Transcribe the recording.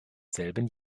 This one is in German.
selben